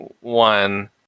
one